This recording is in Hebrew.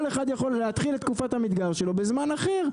כל אחד יכול להתחיל את תקופת המדגר שלו בזמן אחר,